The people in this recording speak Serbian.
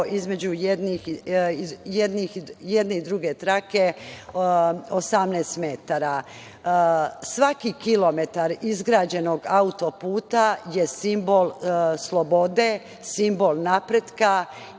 između jedne i druge trake 18 metara. Svaki kilometar izgrađenog autoputa je simbol slobode, simbol napretka